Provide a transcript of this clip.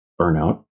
burnout